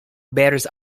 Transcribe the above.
bears